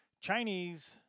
Chinese